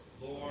Lord